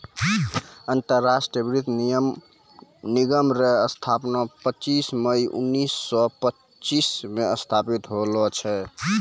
अंतरराष्ट्रीय वित्त निगम रो स्थापना पच्चीस मई उनैस सो पच्चीस मे स्थापित होल छै